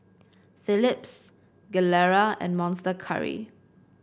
Philips Gilera and Monster Curry